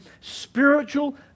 spiritual